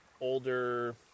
older